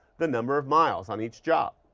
the number of miles on each job.